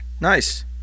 Nice